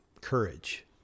courage